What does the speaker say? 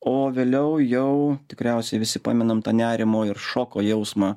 o vėliau jau tikriausiai visi pamenam tą nerimo ir šoko jausmą